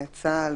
צה"ל,